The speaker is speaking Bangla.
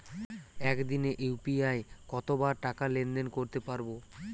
একদিনে ইউ.পি.আই কতবার টাকা লেনদেন করতে পারব?